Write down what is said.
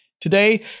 Today